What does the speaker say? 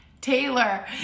Taylor